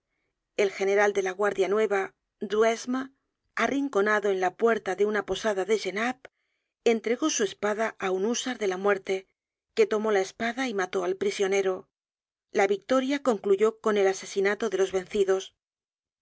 el general de la guardia nueva duhesme arrinconado en la puerta de una posada de genappe entregó su espada á un húsar de la muerte que tomó la espada y mató al prisionero la victoria concluyó con el asesinato de los vencidos